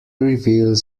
reveals